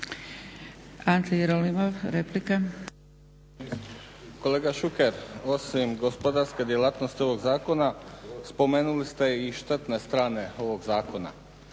**Jerolimov, Ante (HDZ)** Kolega Šuker osim gospodarske djelatnosti ovoga zakona spomenuli ste i štetne strane ovog zakona.